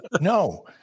No